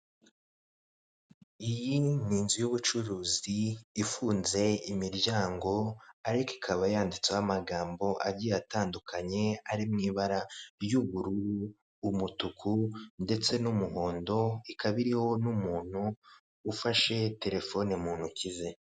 Iyi ni inzu y'ubucuruzi ifunze imiryango, ariko ikaba yanditseho amagambo agiye atandukanye ari mu ibara ry'ubururu umutuku ndetse n'umuhondo, ikaba iriho n'umuntu ufashe telefone mu ntoki ze.